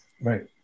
Right